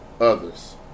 others